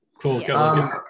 Cool